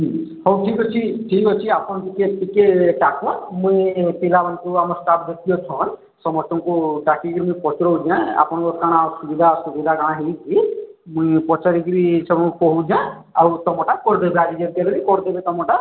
ହଉ ଠିକ୍ ଅଛି ଠିକ୍ ଅଛି ଆପଣ ଟିକେ ଟିକେ ଚାକଆ ମୁଇଁ ପିଲାମାନଙ୍କୁ ଆମ ଷ୍ଟାଫ୍ ଦେଖି ଅଛନ୍ ସମସ୍ତଙ୍କୁ ଡାକିକିରି ମୁଇଁ ପଚରଉଚାଁ ଆପଣଙ୍କର କାଣା ଅସୁବିଧା ଅ ସୁବିଧା କାଣା ହେଇକି ମୁଇଁ ପଚାରିକିରି ସେଙ୍କୁ କହୁଚାଁ ଆଉ ତମଟା କରିଦେବେ ଆଜି ଯେମତି ହେଲେ ବି କରିଦେବେ ତମଟା